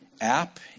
app